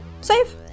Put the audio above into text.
save